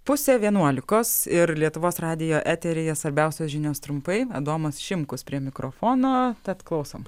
pusę vienuolikos ir lietuvos radijo eteryje svarbiausios žinios trumpai adomas šimkus prie mikrofono tad klausom